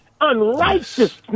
unrighteousness